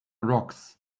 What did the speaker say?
rocks